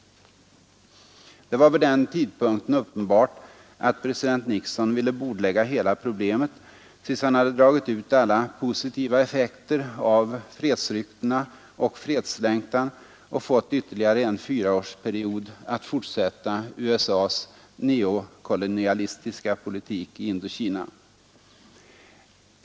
Det var vid den tidpunkten uppenbart att president Nixon ville bordlägga hela problemet tills han hade dragit ut alla positiva effekter av fredsryktena och fredslängtan och fått ytterligare en fyraårsperiod att fortsätta USA:s neokolonialistiska politik i Indokina.